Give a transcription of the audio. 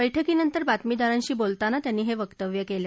वैठकीनंतर बातमीदारांशी बोलताना त्यांनी हे वक्तव्य केलं